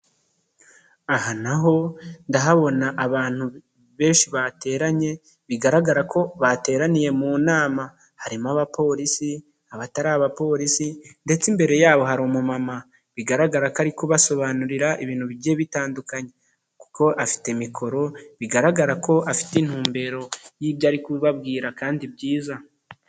Aha naho ndahabona abantu benshi bateranye bigaragara ko bateraniye mu nama, harimo abapolisi abatari abapolisi, ndetse imbere yabo hari umu mama bigaragara ko ari kubasobanurira ibintu bigiye bitandukanye, kuko afite mikoro bigaragara ko afite intumbero y'ibyo ari kubabwira kandi byiza.